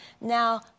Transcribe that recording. Now